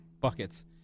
buckets